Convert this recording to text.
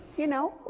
you know.